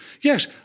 Yes